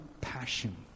passion